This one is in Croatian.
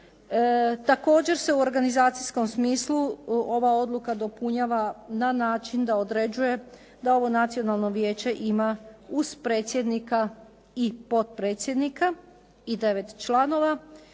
Također se u organizacijskom smislu ova odluka dopunjava na način da određuje da ovo Nacionalno vijeće ima, uz predsjednika i potpredsjednika i 9 članova,